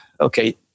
okay